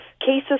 cases